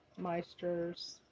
meisters